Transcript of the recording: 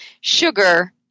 Sugar